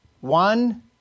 one